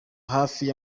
hafi